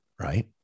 right